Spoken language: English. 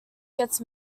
gets